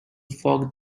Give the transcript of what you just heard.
fog